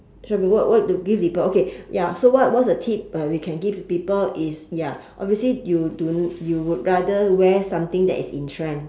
shopping what what to give people okay ya so what what's the tip uh we can give people is ya obviously you do you would rather wear something that is in trend